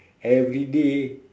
everyday